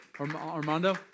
Armando